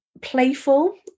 playful